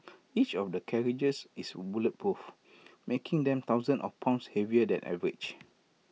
each of the carriages is bulletproof making them thousands of pounds heavier than average